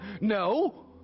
no